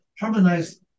harmonize